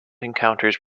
encounters